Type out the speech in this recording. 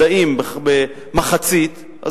אם הקטינו לימודי מדעים במחצית בחטיבת